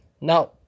Now